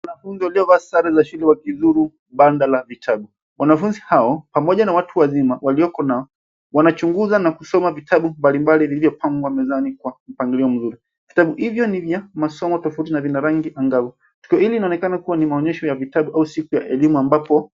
Wanafunzi waliovaa sare za shule, wakizuru banda la vitabu. Wanafunzi hao, pamoja na watu wazima walioko nao, wanachunguza na kusoma vitabu mbalimbali, vilivyopangwa mezani kwa mpangilio mzuri. Vitabu hivyo ni vya masomo tofauti na vina rangi angavu. Tukio hili linaonekana kuwa ni maonyesho ya vitabu au siku ya elimu.